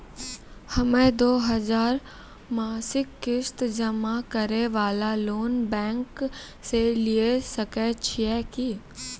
हम्मय दो हजार मासिक किस्त जमा करे वाला लोन बैंक से लिये सकय छियै की?